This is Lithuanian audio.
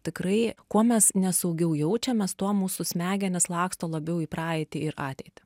tikrai kuo mes nesaugiau jaučiamės tuo mūsų smegenys laksto labiau į praeitį ir ateitį